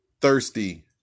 thirsty